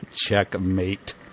Checkmate